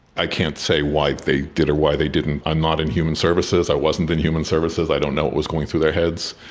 i can't say why they did or why they didn't. i'm not in human services, i wasn't in human services, i don't know what was going through their heads.